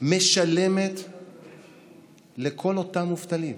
משלמת לכל אותם מובטלים?